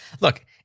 look